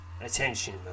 attention